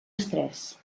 estrès